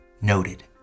Noted